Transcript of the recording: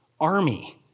army